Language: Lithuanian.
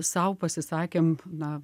sau pasisakėm na